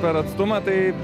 per atstumą tai